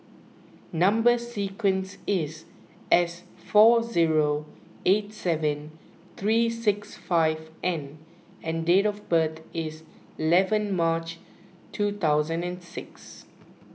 Number Sequence is S four zero eight seven three six five N and date of birth is eleven March two thousand and six